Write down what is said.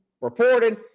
reported